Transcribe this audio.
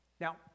Now